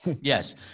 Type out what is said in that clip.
Yes